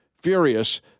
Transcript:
furious